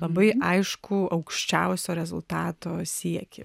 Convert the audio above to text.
labai aiškų aukščiausio rezultato siekį